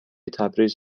تبریز